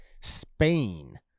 Spain